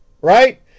right